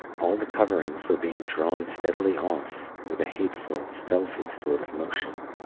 all the covering's were being drawn steadily off, with a hateful, stealthy sort of motion.